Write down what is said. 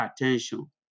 attention